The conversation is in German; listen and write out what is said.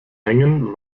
hängen